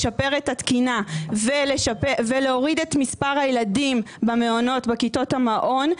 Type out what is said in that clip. לשפר את התקינה ולהוריד את מספר הילדים במעונות בכיתות המעון.